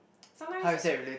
sometimes